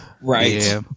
Right